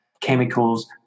chemicals